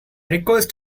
request